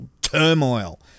turmoil